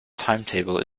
timetable